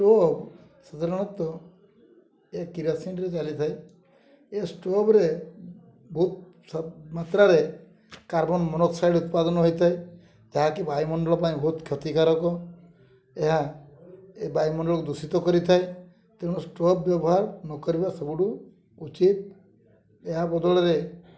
stove ସାଧାରଣତଃ ଏ କିରୋସିନ୍ରେ ଚାଲିଥାଏ ଏ ଷ୍ଟୋଭ୍ରେ ବହୁତ ମାତ୍ରାରେ କାର୍ବନ ମୋନକ୍ସାଇଡ଼ ଉତ୍ପାଦନ ହୋଇଥାଏ ଯାହାକି ବାୟୁମଣ୍ଡଳ ପାଇଁ ବହୁତ କ୍ଷତିକାରକ ଏହା ଏ ବାୟୁମଣ୍ଡଳକୁ ଦୂଷିତ କରିଥାଏ ତେଣୁ ଷ୍ଟୋଭ୍ ବ୍ୟବହାର ନ କରିବା ସବୁଠୁ ଉଚିତ ଏହା ବଦଳରେ